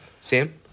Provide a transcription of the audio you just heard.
Sam